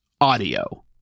audio